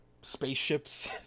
spaceships